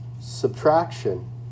subtraction